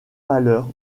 valeur